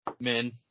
Men